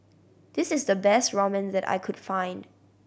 this is the best Ramen that I could find